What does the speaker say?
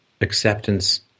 acceptance